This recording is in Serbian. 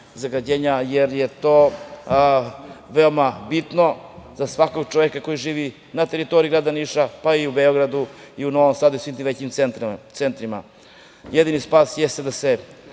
jer je to veoma bitno za svakog čoveka koji živi na teritoriji grada Niša, pa i u Beogradu i u Novom Sadu i svim tim većim centrima. Jedini spas jeste da se